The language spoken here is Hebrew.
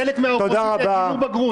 חלק חברי האופוזיציה נמצאים ברשת,